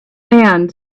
and